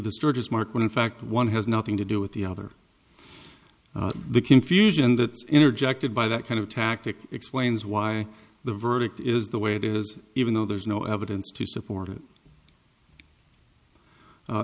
the store just mark when in fact one has nothing to do with the other the confusion that interjected by that kind of tactic explains why the verdict is the way it is even though there's no evidence to support it